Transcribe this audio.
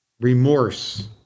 Remorse